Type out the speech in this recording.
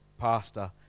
pastor